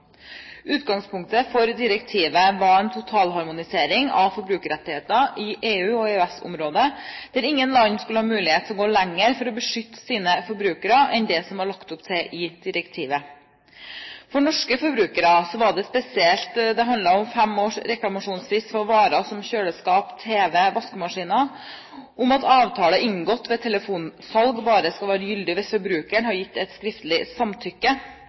Utgangspunktet for direktivet var en totalharmonisering av forbrukerrettigheter i EU- og i EØS-området der ingen land skulle ha mulighet til å gå lenger for å beskytte sine forbrukere enn det som det var lagt opp til i direktivet. For norske forbrukere handlet det spesielt om fem års reklamasjonsrett for varer som kjøleskap, TV og vaskemaskiner, om at avtaler inngått ved telefonsalg bare skulle være gyldig hvis forbrukeren har gitt et skriftlig samtykke,